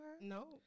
No